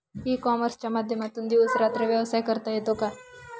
E कॉमर्सच्या माध्यमातून दिवस रात्र व्यवसाय करता येतो का?